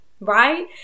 right